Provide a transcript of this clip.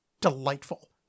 delightful